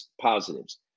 positives